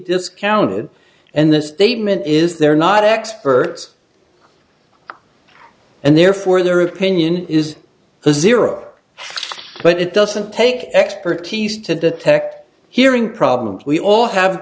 discounted and the statement is they're not experts and therefore their opinion is zero but it doesn't take expertise to detect hearing problems we all have